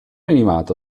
animato